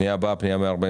הפנייה הבאה היא פנייה 148,